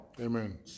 amen